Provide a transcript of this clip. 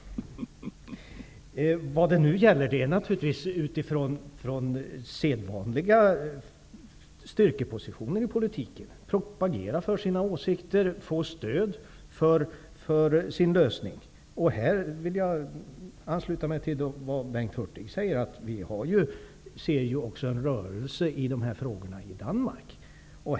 Nu gäller det, utifrån sedvanliga styrkepositioner i politiken, att propagera för sina åsikter och att få stöd för sin lösning. Jag vill ansluta mig till vad Bengt Hurtig sade om att man i Danmark ser en rörelse i de här frågorna.